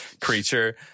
creature